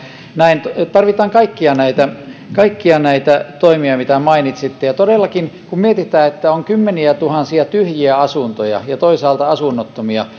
tarvitaan kaikkia näitä kaikkia näitä toimia mitkä mainitsitte todellakin kun mietitään että on kymmeniätuhansia tyhjiä asuntoja ja toisaalta asunnottomia